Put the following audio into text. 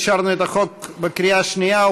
אישרנו את החוק בקריאה שנייה.